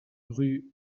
rue